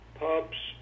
pubs